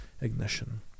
ignition